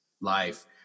life